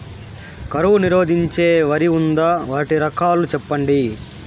కరువు నిరోధించే వరి ఉందా? వాటి రకాలు చెప్పండి?